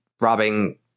robbing